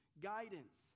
guidance